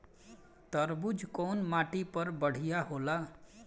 तरबूज कउन माटी पर बढ़ीया होला?